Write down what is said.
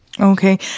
Okay